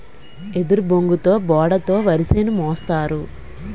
ఎదురుబొంగుతో బోడ తో వరిసేను మోస్తారు